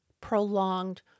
prolonged